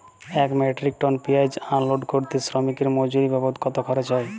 এক metric tonne পেঁয়াজ unload করতে শ্রমিকের মজুরি বাবদ কত খরচ হয়?